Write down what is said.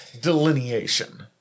delineation